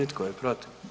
I tko je protiv?